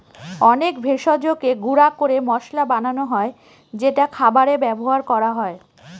অনেক ভেষজকে গুঁড়া করে মসলা বানানো হয় যেটা খাবারে ব্যবহার করা হয়